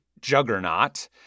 juggernaut